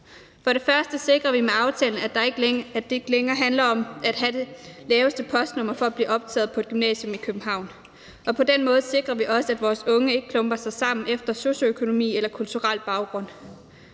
kæmpe sejr. Vi sikrer med aftalen, at det ikke længere handler om at have det laveste postnummer for at blive optaget på et gymnasium i København, og på den måde sikrer vi også, at vores unge ikke klumper sig sammen efter socioøkonomisk eller kulturel baggrund.